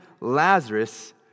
Lazarus